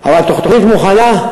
אבל התוכנית מוכנה,